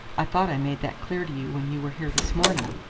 i thought i made that clear to you when you were here this morning?